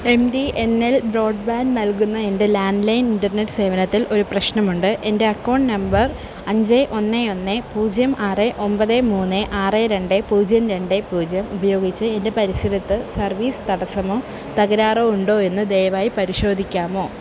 M T N L broadband നൽകുന്ന എൻ്റെ landline internet സേവനത്തിൽ ഒരു പ്രശ്നമുണ്ട് എൻറെ അക്കൗണ്ട് നമ്പർ അഞ്ച് ഒന്ന് ഒന്ന് പൂജ്യം ആറ് ഒമ്പത് മൂന്ന് ആറ് രണ്ട് പൂജ്യം രണ്ട് പൂജ്യം ഉപയോഗിച്ച് എൻ്റെ പരിസരത്ത് സർവീസ് തടസ്സമോ തകരാറോ ഉണ്ടോ എന്ന് ദയവായി പരിശോധിക്കാമോ